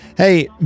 Hey